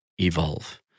evolve